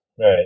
right